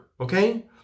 Okay